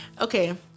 Okay